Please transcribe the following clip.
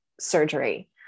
surgery